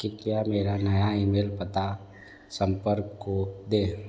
कृपया मेरा नया ई मेल पता संपर्क को दें